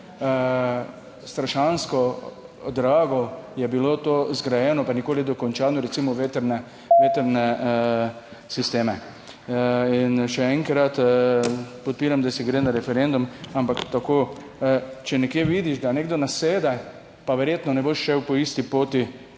strašansko drago je bilo to zgrajeno, pa nikoli dokončano, recimo vetrne, / znak za konec razprave/ vetrne sisteme. In še enkrat, podpiram, da se gre na referendum, ampak tako, če nekje vidiš, da nekdo nasede, pa verjetno ne boš šel po isti poti